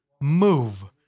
move